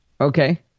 okay